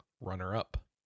runner-up